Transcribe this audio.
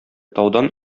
таудан